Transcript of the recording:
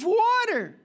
water